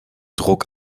druck